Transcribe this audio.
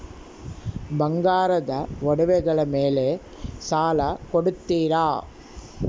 ಬಂಗಾರದ ಒಡವೆಗಳ ಮೇಲೆ ಸಾಲ ಕೊಡುತ್ತೇರಾ?